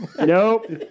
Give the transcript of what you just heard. Nope